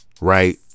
right